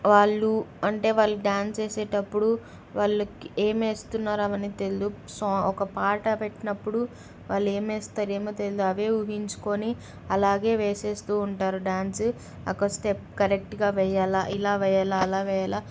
వాళ్ళు అంటే వాళ్ళు డ్యాన్స్ వేసేటప్పుడు వాళ్ళకి ఏమి వేస్తున్నారు అవి అన్నీ తెలియదు ఒక పాట పెట్టినప్పుడు వాళ్ళు ఏమి వేస్తారో ఏమో తెలియదు అవే ఊహించుకొని అలాగే వేసేస్తూ ఉంటారు డ్యాన్స్ ఒక స్టెప్ కరెక్ట్గా వెేయ్యాలా ఇలా వెేయ్యాలా అలా వెేయ్యాలా